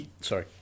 sorry